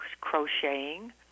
crocheting